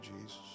Jesus